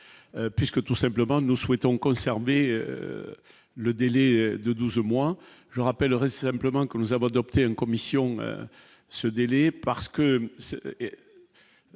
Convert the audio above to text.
puisque tout simplement nous souhaitons conserver le délai de 12 mois, je rappellerai simplement que nous avons adopté une commission ce délai parce que